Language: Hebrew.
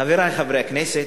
חברי חברי הכנסת,